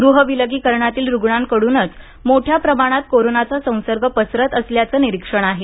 ग्रह विलगीकरणातील रुग्णांकडूनच मोठ्या प्रमाणात कोरोनाचा संसर्ग पसरत असल्याचं निरिक्षण आहे